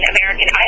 American